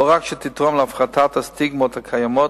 לא רק שתתרום להפחתת הסטיגמות הקיימות